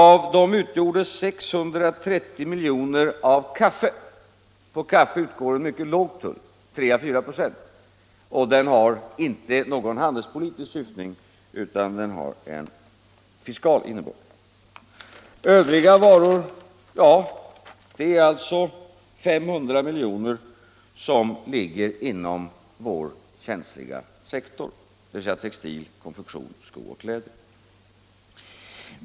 Av dem utgjordes 630 milj.kr. av kaffe. På kaffe utgår en mycket låg tull, 3 å 4 96. Den har inte någon handelspolitisk syftning utan en fiskal innebörd. 500 milj.kr. ligger alltså inom vår känsliga sektor, dvs. textil, konfektion, skor och läder.